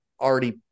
already